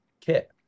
kit